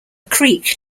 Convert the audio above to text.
creek